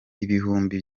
ibihumbi